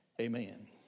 Amen